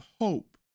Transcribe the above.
hope